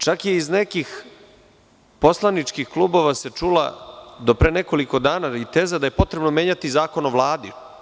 Čak se i iz nekih poslaničkih klubova čula do pre nekoliko dana i teza da je potrebno menjati Zakon o Vladi.